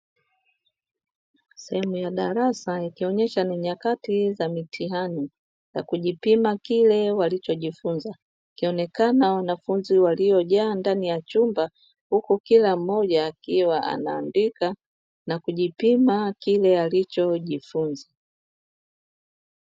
Sehemu ya darasa ikionyesha ni nyakati za mitihani ya kujipima kile walichojifunza, wakionekana wanafunzi waliojaa ndani ya chumba, huku kila mmoja akiwa anaandika na kujipima kile alichojifunza.